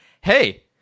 hey